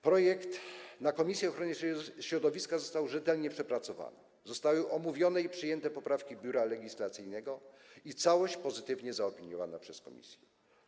Projekt na posiedzeniach komisji ochrony środowiska został rzetelnie przepracowany, zostały omówione i przyjęte poprawki Biura Legislacyjnego i całość - pozytywnie zaopiniowana przez komisję.